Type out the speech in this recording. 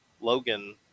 Logan